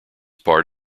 part